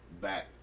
back